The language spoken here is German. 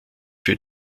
für